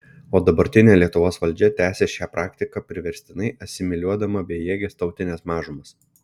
o dabartinė lietuvos valdžia tęsia šią praktiką priverstinai asimiliuodama bejėges tautines mažumas